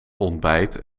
ontbijt